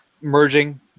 merging